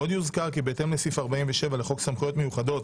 עוד יוזכר כי בהתאם לסעיף 47 לחוק סמכויות מיוחדות